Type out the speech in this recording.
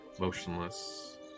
motionless